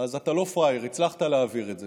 אז אתה לא פראייר, הצלחת להעביר את זה.